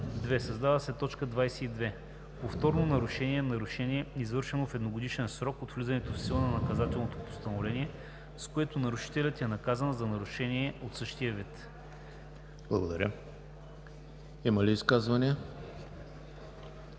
Създава се т. 22: „22. „Повторно нарушение“ е нарушение, извършено в едногодишен срок от влизането в сила на наказателното постановление, с което нарушителят е наказан за нарушение от същия вид.“ ПРЕДСЕДАТЕЛ ЕМИЛ ХРИСТОВ: Има ли изказвания?